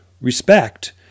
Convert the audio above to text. respect